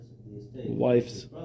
wife's